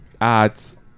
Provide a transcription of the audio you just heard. ads